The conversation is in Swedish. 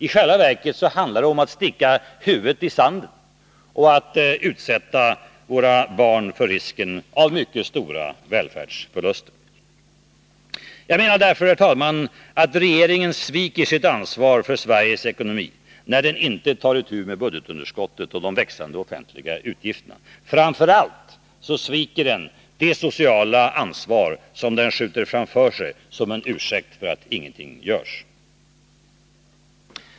I själva verket handlar det om att sticka huvudet i sanden och att utsätta våra barn för risken av mycket stora välfärdsförluster. Jag menar därför, herr talman, att regeringen sviker sitt ansvar för Sveriges ekonomi när den inte tar itu med budgetunderskottet och de växande offentliga utgifterna. Framför allt sviker den det sociala ansvar den skjuter framför sig som en ursäkt för att ingenting görs.